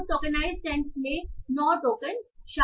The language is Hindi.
तो टोकेनाइजसेट में नौ टोकन शामिल हैं